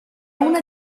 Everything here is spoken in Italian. una